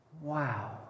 Wow